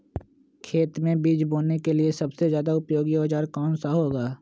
खेत मै बीज बोने के लिए सबसे ज्यादा उपयोगी औजार कौन सा होगा?